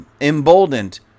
emboldened